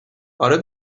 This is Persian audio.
اره